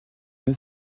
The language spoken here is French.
pas